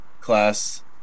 class